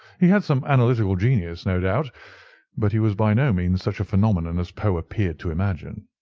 he had some analytical genius, no doubt but he was by no means such a phenomenon as poe appeared to imagine.